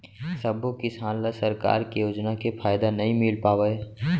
सबो किसान ल सरकार के योजना के फायदा नइ मिल पावय